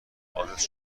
آدرس